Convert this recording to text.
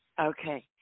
Okay